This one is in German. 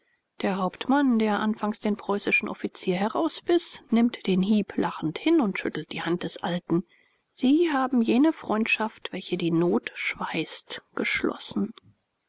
der hauptmann der anfangs den preußischen offizier herausbiß nimmt den hieb lachend hin und schüttelt die hand des alten sie haben jene freundschaft welche die not schweißt geschlossen